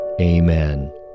Amen